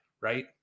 right